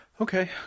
Okay